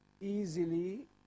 easily